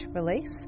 release